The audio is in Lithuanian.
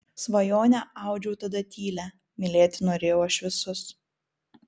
svajonę audžiau tada tylią mylėti norėjau aš visus